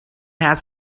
had